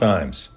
Times